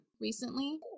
recently